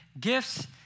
gifts